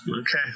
Okay